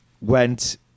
went